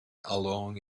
along